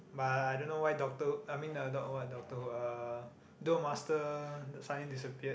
but I don't know why doctor I mean the what doctor who uh duel-master suddenly disappeared